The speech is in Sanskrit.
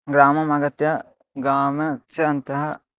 ग्रामम् आगत्य ग्रामः च अन्तः